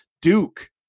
duke